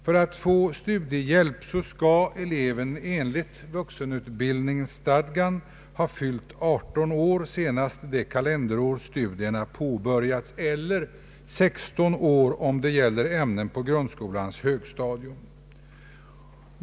För att få studiehjälp skall eleven en ligt vuxenutbildningsstadgan ha fyllt 18 år senast det kalenderår studierna påbörjats eller 16 år om det gäller ämnen på grundskolans högstadium.